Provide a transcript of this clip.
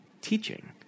teaching